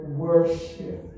worship